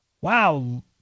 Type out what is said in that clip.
wow